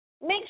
Make